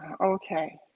Okay